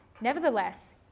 Nevertheless